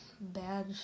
bad